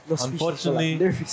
unfortunately